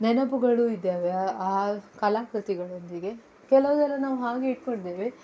ನೆನಪುಗಳೂ ಇದ್ದಾವೆ ಆ ಆ ಕಲಾಕೃತಿಗಳೊಂದಿಗೆ ಕೆಲವೆಲ್ಲ ನಾವು ಹಾಗೆ ಇಟ್ಕೊಂಡಿದ್ದೇವೆ